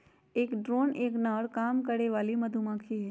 एक ड्रोन एक नर काम करे वाली मधुमक्खी हई